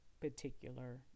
particular